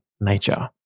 nature